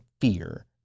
fear